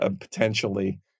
potentially